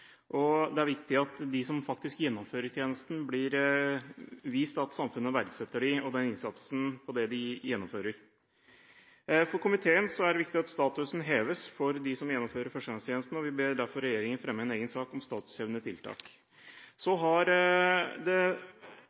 og det er viktig at de som faktisk gjennomfører førstegangstjenesten, blir vist at samfunnet verdsetter dem og den innsatsen de gjør. For komiteen er det viktig at statusen heves for dem som gjennomfører førstegangstjenesten, og vi ber derfor regjeringen fremme en egen sak om statushevende tiltak. Så har det